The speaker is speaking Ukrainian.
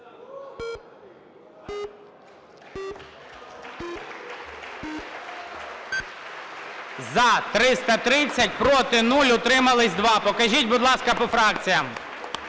За-330 Проти – 0, утримались – 2. Покажіть, будь ласка, по фракціям.